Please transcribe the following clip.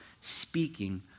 speaking